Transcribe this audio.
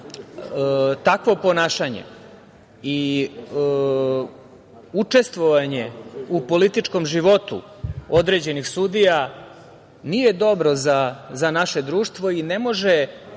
takvo ponašanje i učestvovanje u političkom životu određenih sudija nije dobro za naše društvo. Ne može